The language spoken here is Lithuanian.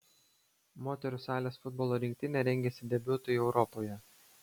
moterų salės futbolo rinktinė rengiasi debiutui europoje